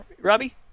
Robbie